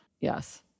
Yes